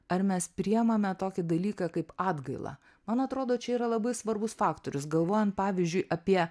ar mes priimame tokį dalyką kaip atgailą man atrodo čia yra labai svarbus faktorius galvojant pavyzdžiui apie